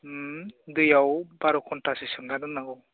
उम दैआव बार' घन्टासो सोमनानै दोननांगौ